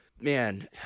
Man